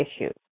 issues